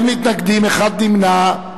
37, אין מתנגדים, נמנע אחד.